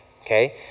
okay